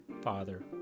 father